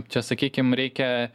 čia sakykim reikia